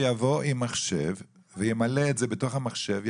שיבוא עם מחשב וימלא את זה בתוך המחשב,